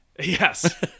Yes